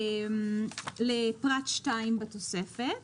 לפרט (2) בתוספת